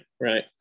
right